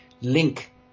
link